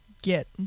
Get